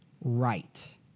right